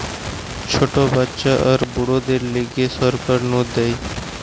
ছোট বাচ্চা আর বুড়োদের লিগে সরকার নু দেয়